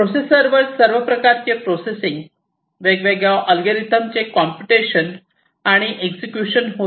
processor वर सर्व प्रकारचे प्रोसेसिंग वेगवेगळ्या ऍलगोरिदमचे कॉम्प्युटेशन आणि एक्झिक्युशन होते